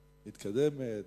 מתקדמת.